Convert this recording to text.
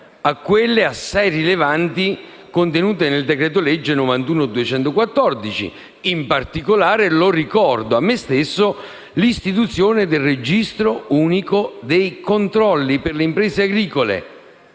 a quelle, assai rilevanti, contenute nel decreto-legge n. 91 del 2014. In particolare ricordo a me stesso l'istituzione del Registro unico dei controlli per le imprese agricole,